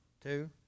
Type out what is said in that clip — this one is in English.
two